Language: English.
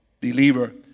believer